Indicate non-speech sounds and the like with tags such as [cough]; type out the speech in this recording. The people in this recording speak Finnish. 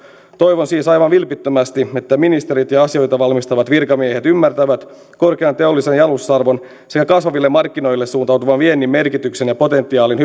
toivon siis aivan vilpittömästi että ministerit ja ja asioita valmistavat virkamiehet ymmärtävät korkean teollisen jalostusarvon sekä kasvaville markkinoille suuntautuvan viennin merkityksen ja potentiaalin [unintelligible]